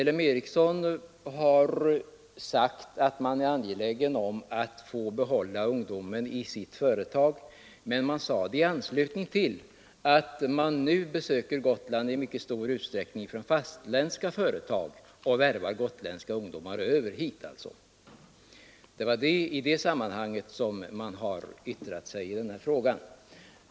L M Ericsson har sagt att man är angelägen om att få behålla ungdomen i sitt företag, men man sade det i anslutning till att representanter för företag från fastlandet i stor utsträckning besökt Gotland och värvat ungdomar över till sig. Det var alltså i det sammanhanget som L M Ericsson yttrade sig i frågan.